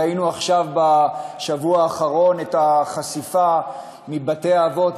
ראינו עכשיו בשבוע האחרון את החשיפה מבתי-האבות,